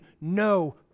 no